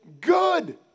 good